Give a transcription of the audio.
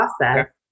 process